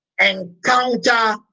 encounter